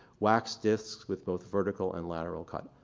wax discs with both vertical and lateral cut.